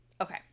Okay